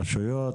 רשויות,